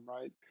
right